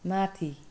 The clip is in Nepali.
माथि